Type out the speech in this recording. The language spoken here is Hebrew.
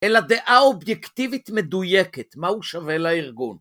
אלא דעה אובייקטיבית מדויקת מה הוא שווה לארגון